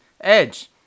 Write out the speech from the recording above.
Edge